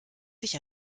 sich